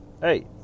hey